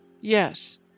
Yes